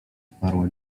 odparła